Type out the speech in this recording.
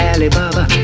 Alibaba